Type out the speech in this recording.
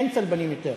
אין צלבנים יותר.